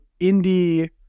indie